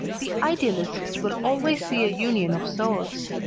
the idealists will always see a union of souls,